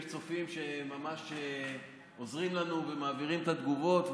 יש צופים שממש עוזרים לנו ומעבירים את התגובות,